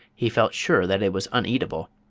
he felt sure that it was uneatable.